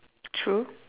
true